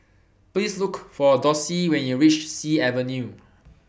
Please Look For Dossie when YOU REACH Sea Avenue